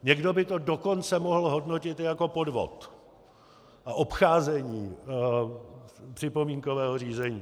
Někdo by to dokonce mohl hodnotit jako podvod a obcházení připomínkového řízení.